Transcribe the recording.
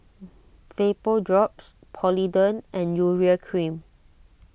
Vapodrops Polident and Urea Cream